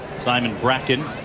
simon brackin,